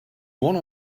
one